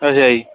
ਅੱਛਾ ਜੀ